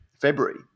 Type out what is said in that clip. February